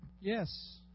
Yes